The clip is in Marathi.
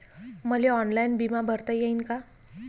मले ऑनलाईन बिमा भरता येईन का?